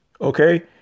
Okay